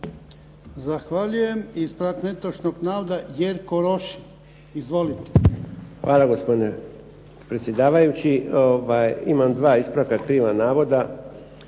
Zahvaljujem. Ispravak netočnog navoda, Jerko Rošin. Izvolite. **Rošin, Jerko (HDZ)** Hvala gospodine predsjedavajući. Imam 2 ispravka kriva navoda.